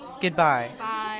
Goodbye